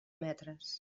metres